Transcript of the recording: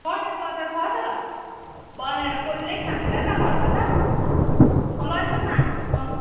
कटहरको अचार छ त बनाएर कसैले खाँदैन त घरमा त अँ लैजाऊ न अँ